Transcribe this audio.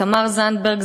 תמר זנדברג,